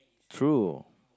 true